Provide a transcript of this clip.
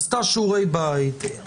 עשתה שיעורי בית,